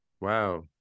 Wow